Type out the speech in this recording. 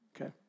Okay